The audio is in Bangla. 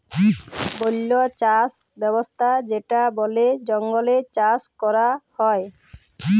বল্য চাস ব্যবস্থা যেটা বলে জঙ্গলে চাষ ক্যরা হ্যয়